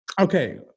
Okay